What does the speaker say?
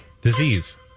disease